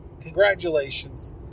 Congratulations